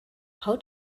how